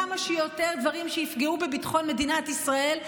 כמה שיותר דברים שיפגעו בביטחון מדינת ישראל,